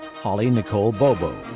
holly nicole bobo,